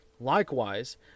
Likewise